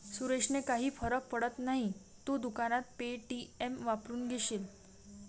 सुरेशने काही फरक पडत नाही, तू दुकानात पे.टी.एम वापरून घेशील